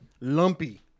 lumpy